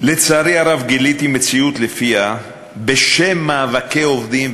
לצערי הרב גיליתי מציאות שלפיה בשם מאבקי עובדים,